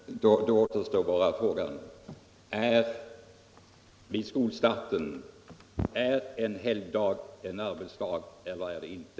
Herr talman! Då återstår bara en fråga: Är en helgdag vid skolstarten en läsdag eller inte?